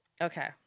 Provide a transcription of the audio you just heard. okay